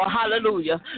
Hallelujah